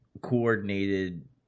coordinated